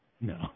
No